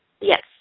Yes